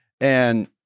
and-